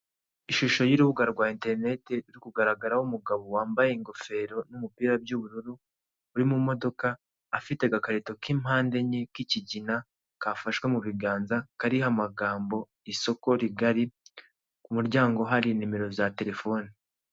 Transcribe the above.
Ishusho y'urubuga rwa inerinete iri kugaragaraho umugabo wambaye ingofero n'umupira by'ubururu uri mu modoka afite agakarito k'impande enye k'ikigina kafashwe mu biganza kariho amagambo isoko rigari, ku muryango hari nimero za telephone.